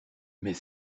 mais